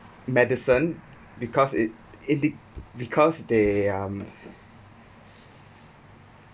medicine because it it did because they um